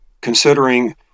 considering